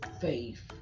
faith